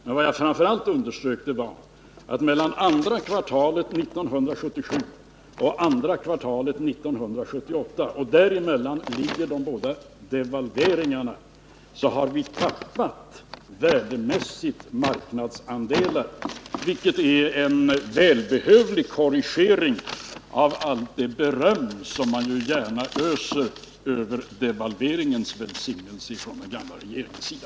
Men vad jag framför allt underströk var, att mellan andra kvartalet 1977 och andra kvartalet 1978 — och däremellan ligger de båda devalveringarna — har vi tappat marknadsandelar värdemässigt, vilket är en välbehövlig korrigering av allt det beröm som man gärna öser över devalveringens välsignelse från den gamla regeringens sida.